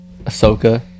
Ahsoka